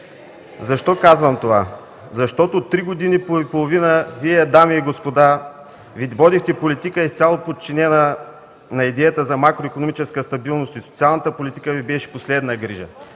Защото три и половина години Вие, дами и господа, водихте политика, изцяло подчинена на идеята за макроикономическа стабилност и социалната политика Ви беше последна грижа.